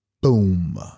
Boom